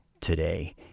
today